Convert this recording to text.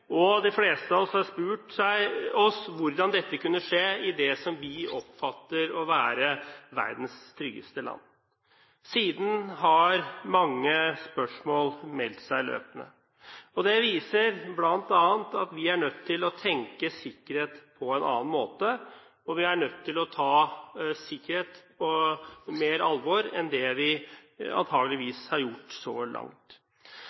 og de fleste av oss har spurt oss om hvordan dette kunne skje i det som vi oppfatter å være verdens tryggeste land. Siden har mange spørsmål meldt seg løpende. Det viser bl.a. at vi er nødt til å tenke sikkerhet på en annen måte, og vi er nødt til å ta sikkerhet på mer alvor enn det vi antakeligvis har gjort så langt.